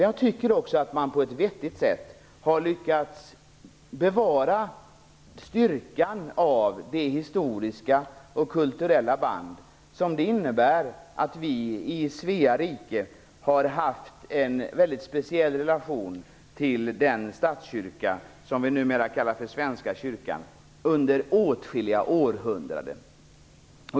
Jag tycker också att man på ett vettigt sätt har lyckats bevara styrkan av de historiska och kulturella band som det innebär att vi i Svea rike under åtskilliga århundraden har haft en väldigt speciell relation till den statskyrka som vi numera kallar för Svenska kyrkan.